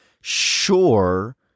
sure